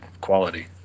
quality